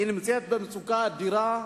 היא נמצאת במצוקה אדירה,